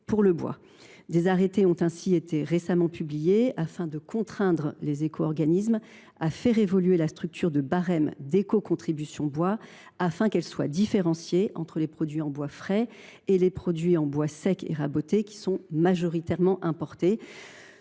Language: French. pour le bois. Des arrêtés ont ainsi été récemment publiés pour contraindre les éco organismes à faire évoluer la structure du barème d’écocontribution bois, afin qu’elle soit différenciée entre les produits en bois frais, d’une part, et les produits bois secs et rabotés, majoritairement importés,